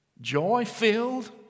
joy-filled